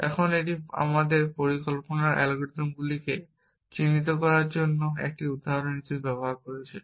এখন এটি আমাদের পরিকল্পনার অ্যালগরিদমগুলিকে চিত্রিত করার জন্য একটি উদাহরণ হিসাবে ব্যবহার করছে